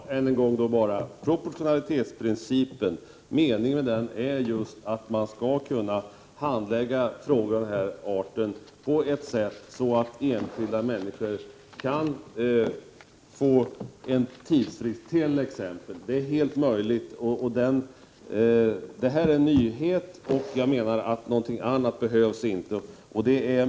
Herr talman! Jag vill än en gång säga att meningen med proportionalitetsprincipen är att man skall kunna handlägga frågor av den här arten på ett sådant sätt att enskilda människor t.ex. kan få en tidsfrist. Detta är fullt möjligt, och det är en nyhet. Jag menar att några andra åtgärder inte behövs.